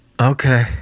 Okay